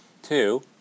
Two